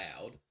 loud